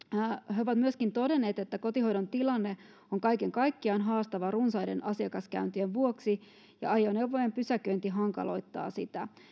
he ovat myöskin todenneet että kotihoidon tilanne on kaiken kaikkiaan haastava runsaiden asiakaskäyntien vuoksi ja ajoneuvojen pysäköinti hankaloittaa sitä